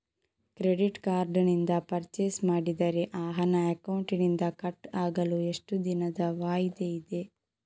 Credit card ನಿಂದ purchase ಮಾಡಿದರೆ ಆ ಹಣ ಅಕೌಂಟಿನಿಂದ ಕಟ್ ಆಗಲು ಎಷ್ಟು ದಿನದ ವಾಯಿದೆ ಇದೆ?